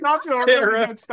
Sarah